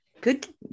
good